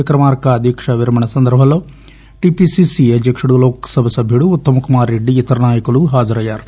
విక్రమార్క దీక్ష విరమణ సందర్భంలో టిపిసిసి అధ్యకుడు లోక్ సభ సభ్యుడు ఉత్తమ్ కుమార్ రెడ్డి ఇతర నాయకులు హాజరయ్యారు